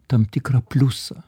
tam tikrą pliusą